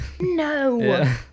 no